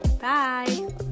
Bye